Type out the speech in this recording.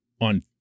on